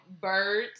birds